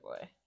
boy